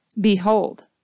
Behold